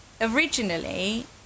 originally